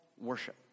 worship